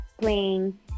playing